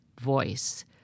voice